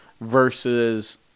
versus